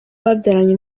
babyaranye